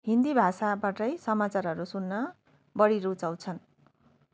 हिन्दी भाषाबाटै समाचारहरू सुन्न बढी रुचाउछन्